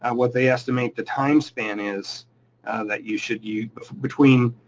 and what they estimate the time span is that you should use between